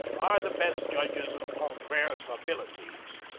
are the best judges of a confrere's abilities.